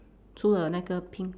two the 那个 pink